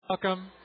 Welcome